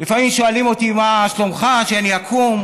לפעמים שואלים אותי "מה שלומך" כשאני עקום.